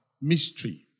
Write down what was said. mystery